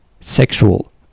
sexual